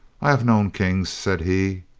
i have known kings, said he,